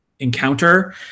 encounter